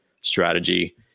strategy